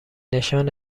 نشان